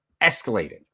escalated